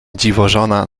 dziwożona